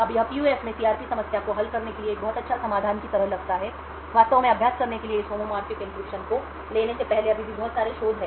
अब यह PUF में CRP समस्या को हल करने के लिए एक बहुत अच्छा समाधान की तरह लगता है वास्तव में अभ्यास करने के लिए इस होमोमोर्फिक एन्क्रिप्शन को लेने से पहले अभी भी बहुत सारे शोध हैं